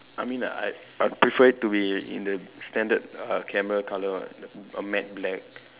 I mean like I I prefer it to be in the standard uh camera colour ah a matte black